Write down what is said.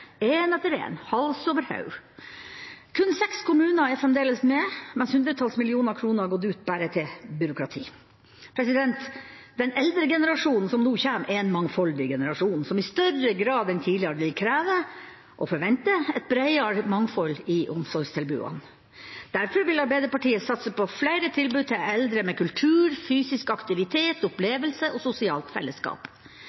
en etter en, hals over hode. Kun seks kommuner er fremdeles med, mens hundretalls millioner kroner har gått ut bare til byråkrati. Den eldregenerasjonen som nå kommer, er en mangfoldig generasjon som i større grad enn tidligere vil kreve og forvente et bredere mangfold i omsorgstilbudene. Derfor vil Arbeiderpartiet satse på flere tilbud til eldre, med kultur, fysisk aktivitet,